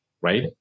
right